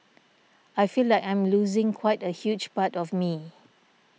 I feel like I'm losing quite a huge part of me